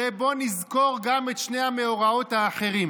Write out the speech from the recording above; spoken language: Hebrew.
שבו נזכור גם את שני המאורעות האחרים.